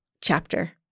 chapter